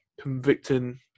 convicting